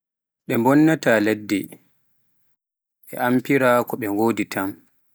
ɗe mbonnaata ladde ɗe amfira ko ɗe ngodi tan.